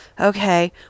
okay